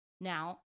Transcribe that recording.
Now